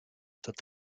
tot